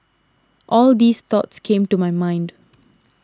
all these thoughts came to my mind